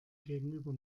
gegenüber